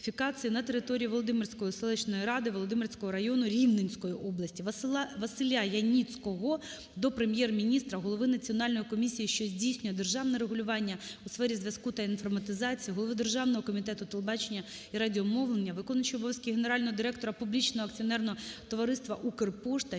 на території Володимирецької селищної ради Володимирецького району Рівненської області. Василя Яніцького до Прем'єр-міністра, голови Національної комісії, що здійснює державне регулювання у сфері зв'язку та інформатизації, голови Державного комітету телебачення і радіомовлення, виконуючого обов'язки генерального директора Публічного акціонерного товариства "Укрпошта"